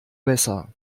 besser